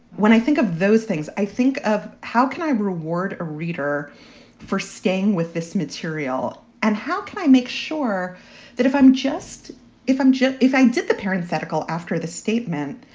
when i think of those things, i think of how can i reward a reader for staying with this material and how can i make sure that if i'm just if i'm jim, if i did the parents article after the statement,